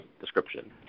description